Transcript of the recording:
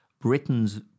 Britain's